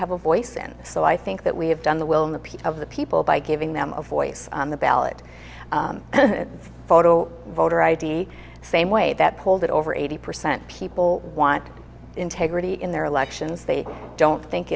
have a voice in so i think that we have done the will in the piece of the people by giving them a voice on the ballot and photo voter id same way that pulled it over eighty percent people want integrity in their elections they don't think